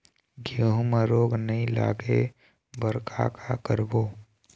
गेहूं म रोग नई लागे बर का का करबो?